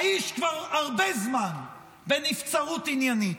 האיש כבר הרבה זמן בנבצרות עניינית.